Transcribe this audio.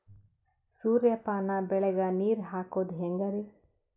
ಸೂರ್ಯಪಾನ ಬೆಳಿಗ ನೀರ್ ಹಾಕೋದ ಹೆಂಗರಿ?